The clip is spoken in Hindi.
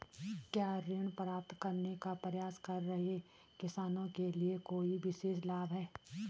क्या ऋण प्राप्त करने का प्रयास कर रहे किसानों के लिए कोई विशेष लाभ हैं?